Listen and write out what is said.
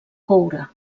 coure